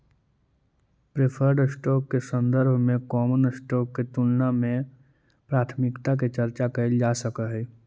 preferred stock के संदर्भ में कॉमन स्टॉक के तुलना में प्राथमिकता के चर्चा कैइल जा सकऽ हई